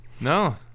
no